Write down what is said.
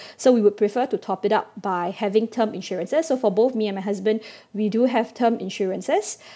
so we would prefer to top it up by having term insurances so for both me and my husband we do have term insurances